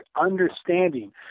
understanding